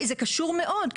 זה קשור מאוד.